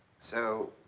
so,